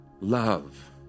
love